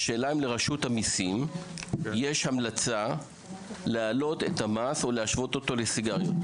השאלה אם לרשות המיסים יש המלצה להעלות את המס או להשוות אותו לסיגריות?